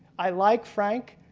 i like frank.